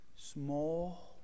small